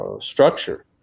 structure